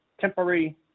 temporary